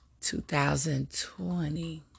2020